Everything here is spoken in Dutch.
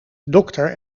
dokter